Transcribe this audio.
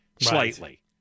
slightly